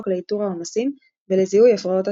לאיתור העומסים ולזיהוי הפרעות התנועה.